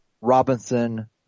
Robinson